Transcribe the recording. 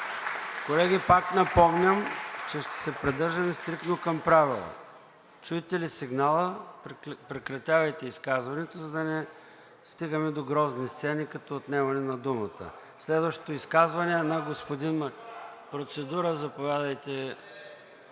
Колеги, пак напомням, че ще се придържаме стриктно към Правилника – чуете ли сигнала, прекратявайте изказванията, за да не стигаме до грозни сцени като отнемане на думата. Следващото изказване е на господин… ИВАН ЧЕНЧЕВ